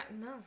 no